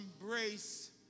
embrace